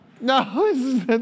No